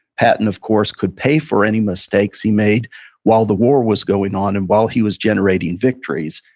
patton, of course, could pay for any mistakes he made while the war was going on, and while he was generating victories.